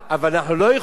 אבל אנחנו לא יכולים,